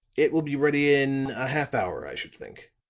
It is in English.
it will be ready in a half hour, i should think.